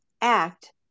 act